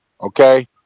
okay